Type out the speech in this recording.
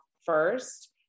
first